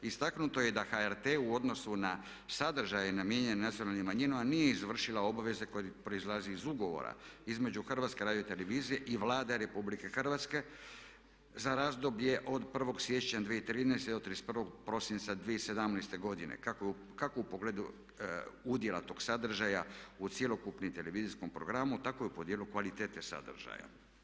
Istaknuto je da HRT u odnosu na sadržaje namijenjene nacionalnim manjinama nije izvršila obveze koje proizlaze iz ugovora između HRT-a i Vlade Republike Hrvatske za razdoblje od 1. siječnja 2013. do 31. prosinca 2017. godine kako u pogledu udjela tog sadržaja u cjelokupnom televizijskom programu tako i u pogledu kvalitete sadržaja.